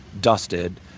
dusted